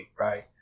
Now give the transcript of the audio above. right